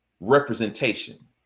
representation